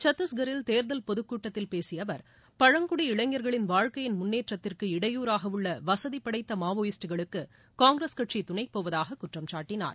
சத்தீஸ்கரில் தேர்தல் பொதுக்கூட்டத்தில் பேசிய அவர் பழங்குடி இளைஞர்களின் வாழ்க்கையின் முன்னேற்றத்திற்கு இடையூறாக உள்ள வசதிப்படைத்த மாவோயிஸ்டுகளுக்கு காங்கிரஸ் கட்சி துணைப்போவதாக குற்றம் சாட்டினார்